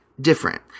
different